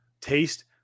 taste